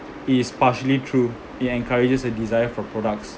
it is partially true it encourages a desire for products